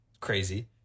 Crazy